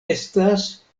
estas